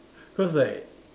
cause like